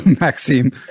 Maxime